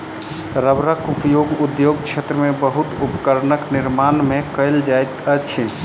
रबड़क उपयोग उद्योग क्षेत्र में बहुत उपकरणक निर्माण में कयल जाइत अछि